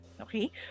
okay